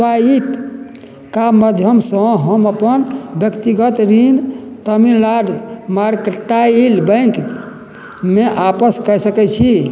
स्वाइपके माध्यमसँ हम अपन व्यक्तिगत ऋण तमिलनाडु मर्केंटाइल बैंकमे आपस कऽ सकैत छी